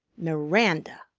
miranda!